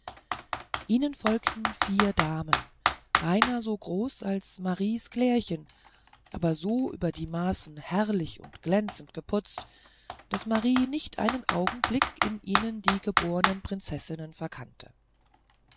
ihnen folgten vier damen beinahe so groß als mariens klärchen aber so über die maßen herrlich und glänzend geputzt daß marie nicht einen augenblick in ihnen die gebornen prinzessinnen verkannte